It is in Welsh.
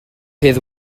hedd